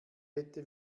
kette